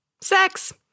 Sex